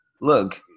look